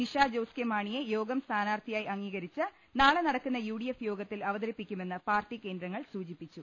നിഷാ ജോസ് കെ മാണിയെ യോഗം സ്ഥാനാർത്ഥിയായി അംഗീകരിച്ച് നാളെ നടക്കുന്ന യുഡിഎഫ് യോഗത്തിൽ അവതരിപ്പിക്കുമെന്ന് പാർട്ടി കേന്ദ്രങ്ങൾ സൂചിപ്പി ച്ചു